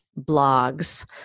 blogs